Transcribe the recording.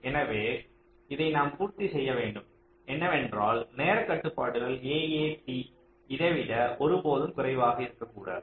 எனவே இதை நாம் பூர்த்தி செய்ய வேண்டும் என்வென்றால் நேரக் கட்டுப்பாடுகள் AAT இதை விட ஒருபோதும் குறைவாக இருக்க முடியாது